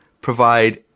provide